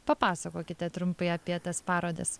papasakokite trumpai apie tas parodas